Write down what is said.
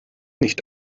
nicht